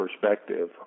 perspective